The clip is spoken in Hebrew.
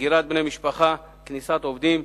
הגירת בני משפחה, כניסת עובדים,